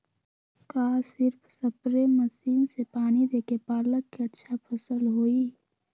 का सिर्फ spray machine से पानी देके पालक के अच्छा फसल होई?